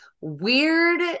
Weird